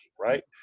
right